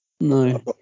no